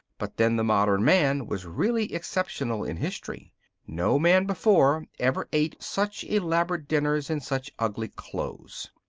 but then the modern man was really exceptional in history no man before ever ate such elaborate dinners in such ugly clothes.